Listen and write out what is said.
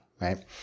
right